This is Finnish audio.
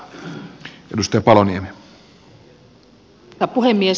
arvoisa puhemies